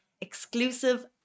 exclusive